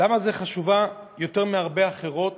ולמה זו חשובה יותר מהרבה אחרות?